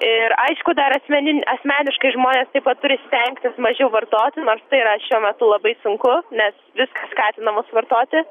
ir aišku dar asmenin asmeniškai žmonės taip pat turi stengtis mažiau vartoti nors tai yra šiuo metu labai sunku nes viskas skatina mus vartoti